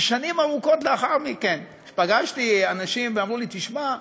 ששנים ארוכות לאחר מכן פגשתי אנשים שאמרו לי: תשמע,